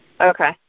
Okay